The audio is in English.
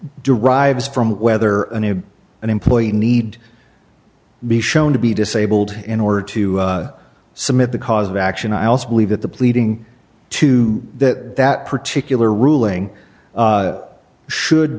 derives from whether an employee need be shown to be disabled in order to submit the cause of action i also believe that the pleading to that that particular ruling should